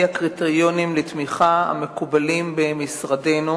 הקריטריונים לתמיכה המקובלים במשרדנו.